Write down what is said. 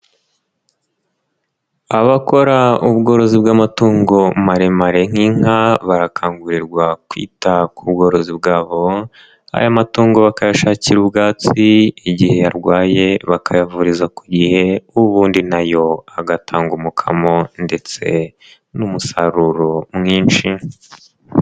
Abakora ubworozi bw'amatungo maremare nk'inka barakangurirwa kwita ku bworozi bwabo, ayo matungo bakayashakira ubwatsi, igihe arwaye bakayavuriza ku gihe ubundi na yo agatanga umukamo ndetse n'umusaruro mwinshi.